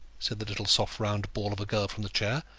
said the little soft round ball of a girl from the chair.